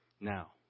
Now